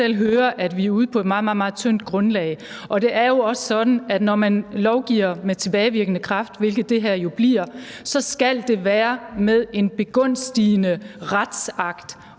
selv høre, at vi er ude på et meget, meget tyndt grundlag? Det er jo også sådan, at når man lovgiver med tilbagevirkende kraft, hvilket det her jo bliver, så skal det være med en begunstigende retsakt,